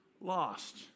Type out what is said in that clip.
lost